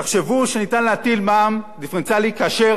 תחשבו שניתן להטיל מע"מ דיפרנציאלי כאשר